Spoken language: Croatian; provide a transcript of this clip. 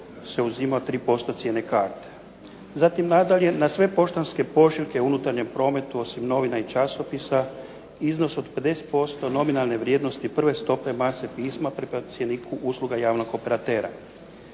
iznos se uzima 3% cijene karte. Zatim nadalje, na sve poštanske pošiljke u unutarnjem prometu osim novina i časopisa iznos od 50% nominalne vrijednosti prve stope mase pisma pri cjeniku usluga javnog operatera.